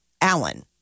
Allen